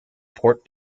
port